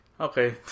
Okay